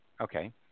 okay